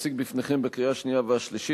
אני מתכבד להציג בפניכם לקריאה השנייה והשלישית